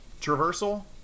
traversal